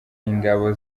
ingabo